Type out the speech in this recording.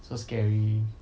so scary